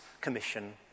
commission